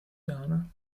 dana